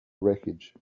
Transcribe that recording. wreckage